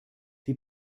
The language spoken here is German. die